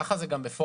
ככה זה היה גם בעבר,